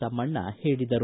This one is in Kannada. ತಮ್ಮಣ್ಣ ಹೇಳಿದರು